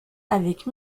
avec